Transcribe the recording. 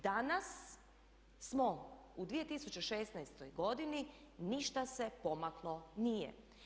Danas smo u 2016. godini ništa se pomaklo nije.